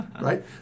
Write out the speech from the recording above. right